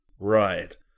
Right